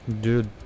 dude